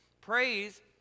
Praise